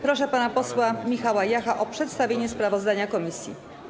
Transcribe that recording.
Proszę pana posła Michała Jacha o przedstawienie sprawozdania komisji.